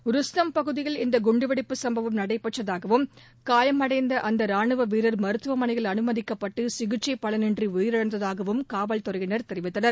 ரஸ்ட்டோம் பகுதியில் இந்த குண்டுவெடிப்பு சம்பவம் நடைபெற்றதாகவும் காயமடைந்த அந்த ராணுவ வீரர் மருத்துவமனையில் அனுமதிக்கப்பட்டு சிகிச்சை பலன் இன்றி உயிரிழந்ததாகவும் காவல் துறையினர் தெரிவித்தனர்